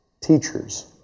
teachers